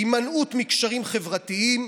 הימנעות מקשרים חברתיים,